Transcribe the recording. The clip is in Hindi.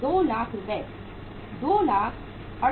2 लाख रुपये 268750